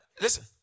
Listen